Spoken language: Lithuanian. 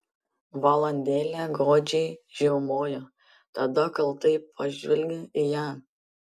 valandėlę godžiai žiaumojo tada kaltai pažvelgė į ją